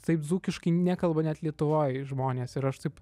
taip dzūkiškai nekalba net lietuvoj žmonės ir aš taip